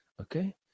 okay